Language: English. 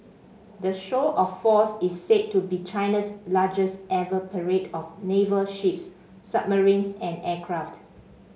the show of force is said to be China's largest ever parade of naval ships submarines and aircraft